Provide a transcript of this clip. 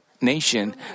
nation